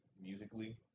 musically